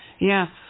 Yes